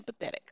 empathetic